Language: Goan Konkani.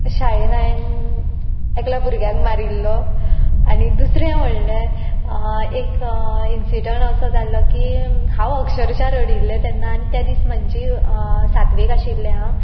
शाळेन हांवें एकल्या भुरग्याक मारिल्लो आनी दुसरें म्हणल्यार एक इन्सिडण जाल्लो की हांव अक्षरशा रडिल्लें तेन्ना आनी ते दीस म्हणजे सातवेक आशिल्लें हांव